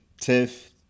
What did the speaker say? Tiff